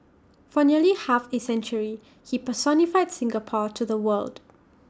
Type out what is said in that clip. for nearly half A century he personified Singapore to the world